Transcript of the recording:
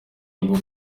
bwo